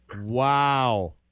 Wow